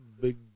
big